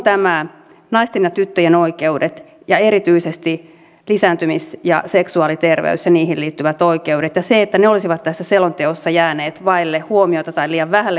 nämä naisten ja tyttöjen oikeudet ja erityisesti lisääntymis ja seksuaaliterveys ja niihin liittyvät oikeudet ja se että ne olisivat tässä selonteossa jääneet vaille huomiota tai liian vähälle huomiolle